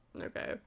okay